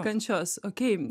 kančios okey